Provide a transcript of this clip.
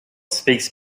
speaks